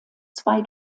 zwei